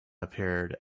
appeared